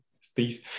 Steve